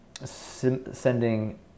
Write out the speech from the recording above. sending